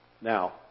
Now